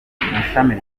ishami